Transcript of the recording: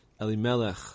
Elimelech